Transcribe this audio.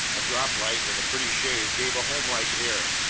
a droplight with a pretty shade gave a home-like air,